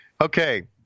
Okay